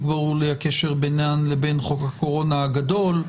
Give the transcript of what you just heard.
ברור לי הקשר ביניהן לבין חוק הקורונה הגדול,